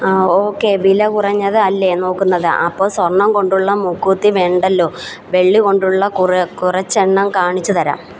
ആ ഓക്കേ വിലകുറഞ്ഞത് അല്ലേ നോക്കുന്നത് അപ്പോൾ സ്വർണം കൊണ്ടുള്ള മൂക്കുത്തി വേണ്ടല്ലോ വെള്ളികൊണ്ടുള്ള കുറച്ചെണ്ണം കാണിച്ചുതരാം